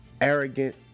arrogant